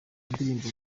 indirimbo